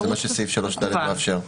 ברור שסעיף 3 מאפשר.